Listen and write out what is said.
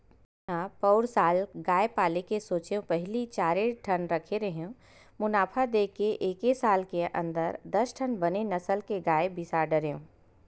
मेंहा पउर साल गाय पाले के सोचेंव पहिली चारे ठन रखे रेहेंव मुनाफा देख के एके साल के अंदर दस ठन बने नसल के गाय बिसा डरेंव